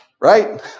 right